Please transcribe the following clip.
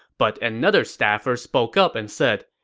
but another staffer spoke up and said,